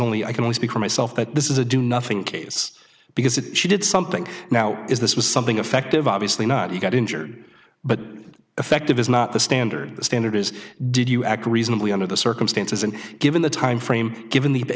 only i can only speak for myself but this is a do nothing case because if she did something now is this was something effective obviously not you got injured but effective is not the standard the standard is did you act reasonably under the circumstances and given the timeframe given the